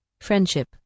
Friendship